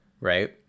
right